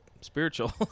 spiritual